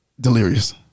Delirious